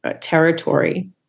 territory